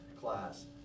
class